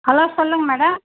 hello சொல்லுங்கள் madam